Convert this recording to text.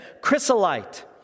chrysolite